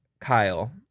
Kyle